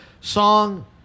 Song